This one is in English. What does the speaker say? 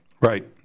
Right